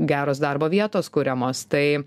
geros darbo vietos kuriamos tai